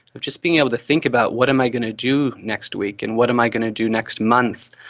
but just being able to think about what am i going to do next week and what am i going to do next month,